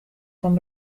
con